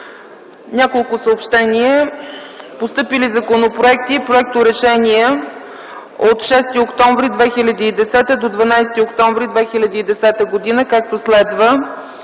Няколко съобщения. Постъпили законопроекти и проекторешения от 6 октомври 2010 г. до 12 октомври 2010 г., както следва: